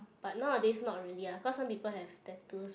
but nowadays not really ah cause some people have tattoos but